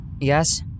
Yes